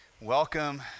Welcome